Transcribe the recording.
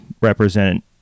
represent